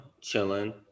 chilling